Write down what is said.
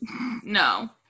No